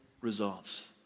results